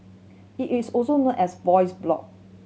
it is also known as a voice blog